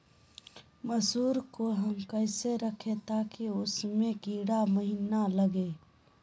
मसूर को हम कैसे रखे ताकि उसमे कीड़ा महिना लगे?